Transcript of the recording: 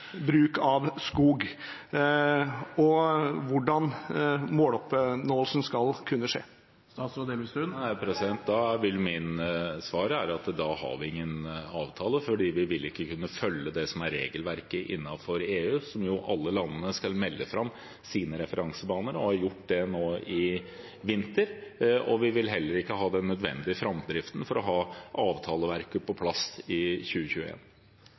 bruk av skog og hvordan måloppnåelsen skal kunne skje? Svaret er at da har vi ingen avtale, for vi vil ikke kunne følge det som er regelverket innenfor EU. Alle land skal melde inn sine referansebaner og har gjort det nå i vinter. Vi vil heller ikke ha den nødvendige framdriften for å ha avtaleverket på plass i